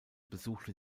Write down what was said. besuchte